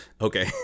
okay